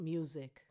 Music